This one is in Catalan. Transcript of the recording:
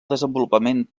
desenvolupament